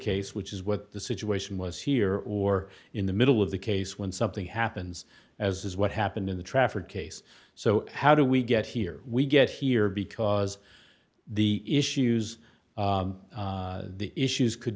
case which is what the situation was here or in the middle of the case when something happens as is what happened in the trafford case so how do we get here we get here because the issues the issues could